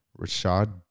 Rashad